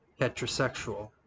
heterosexual